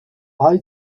eye